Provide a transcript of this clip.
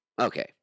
Okay